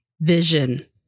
vision